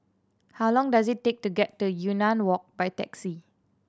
how long does it take to get to Yunnan Walk by taxi